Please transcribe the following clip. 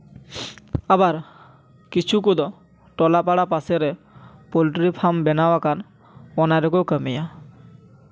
ᱟᱵᱟᱨ ᱠᱤᱪᱷᱩ ᱠᱚᱫᱚ ᱴᱚᱞᱟ ᱯᱟᱲᱟ ᱯᱟᱥᱮ ᱨᱮ ᱯᱳᱞᱴᱤᱨᱤ ᱯᱷᱟᱨᱢ ᱵᱮᱱᱟᱣ ᱟᱠᱟᱱ ᱚᱱᱟ ᱨᱮᱠᱚ ᱠᱟᱹᱢᱤᱭᱟ